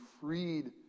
freed